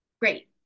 Great